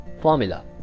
formula